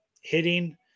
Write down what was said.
hitting